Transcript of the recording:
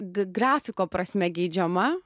g grafiko prasme geidžiama